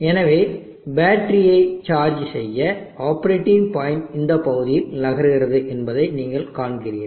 எனவே பேட்டரியை சார்ஜ் செய்ய ஆப்பரேட்டிங் பாயிண்ட் இந்த பகுதியில் நகர்கிறது என்பதை நீங்கள் காண்கிறீர்கள்